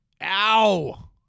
Ow